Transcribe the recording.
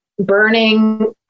burning